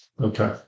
Okay